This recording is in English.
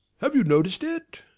have you noticed it?